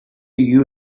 you